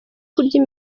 kurya